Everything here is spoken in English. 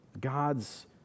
God's